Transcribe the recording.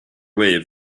away